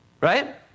Right